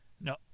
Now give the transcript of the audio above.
No